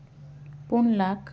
ᱯᱩᱱ ᱞᱟᱠᱷ